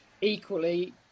equally